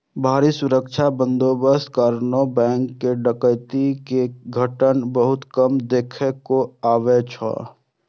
भारी सुरक्षा बंदोबस्तक कारणें बैंक मे डकैती के घटना बहुत कम देखै मे अबै छै